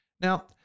Now